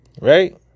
Right